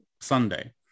sunday